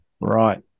Right